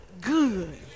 good